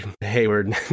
Hayward